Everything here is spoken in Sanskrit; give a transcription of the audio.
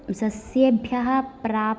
सस्येभ्यः प्राप्त